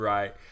Right